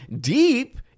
deep